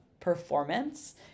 performance